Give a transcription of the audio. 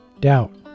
doubt